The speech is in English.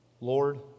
Lord